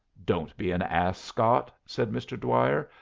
don't be an ass, scott, said mr. dwyer,